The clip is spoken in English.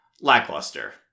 lackluster